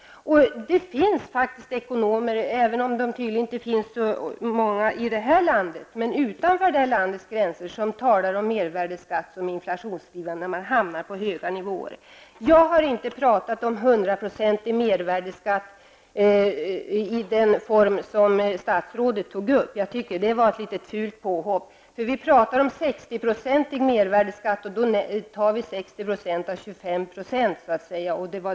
Det finns faktiskt de ekonomer, även om det inte är så många i det här landet, som talar om mervärdeskatt som inflationsdrivande. Man hamnar på höga nivåer. Jag har inte talat om 100 % mervärdeskatt i den form som statsrådet tog upp. Jag tycker att det var ett fult påhopp. När vi talar om ett 60 % mervärdeskatt menar vi 60 % av 25 %.